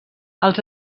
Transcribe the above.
els